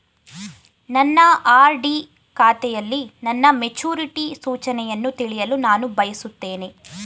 ನನ್ನ ಆರ್.ಡಿ ಖಾತೆಯಲ್ಲಿ ನನ್ನ ಮೆಚುರಿಟಿ ಸೂಚನೆಯನ್ನು ತಿಳಿಯಲು ನಾನು ಬಯಸುತ್ತೇನೆ